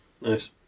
Nice